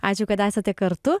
ačiū kad esate kartu